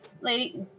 lady